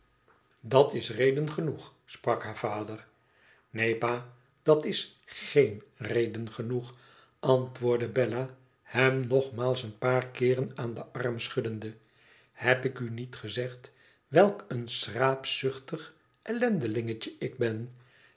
dat is reden genoeg sprak haar vader neen pa dat is geen reden genoeg antwoordde bella hem nogmaals een paar keeren aan den arm schuddende heb ik u niet gezegd welk een schraapzuchtig ellendelingetje ik ben